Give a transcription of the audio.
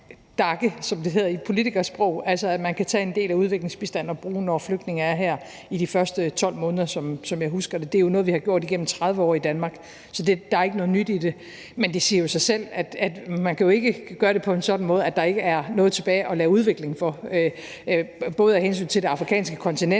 hedder i politikersprog, altså at man kan tage en del af udviklingsbistanden og bruge, når flygtninge er her, i de 12 første måneder, som jeg husker det. Det er jo noget, vi har gjort i Danmark igennem 30 år, så der er ikke noget nyt i det. Men det siger sig selv, at man ikke kan gøre det på en sådan måde, at der ikke er noget tilbage at lave udvikling for, både af hensyn til det afrikanske kontinent